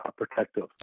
protective